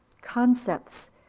concepts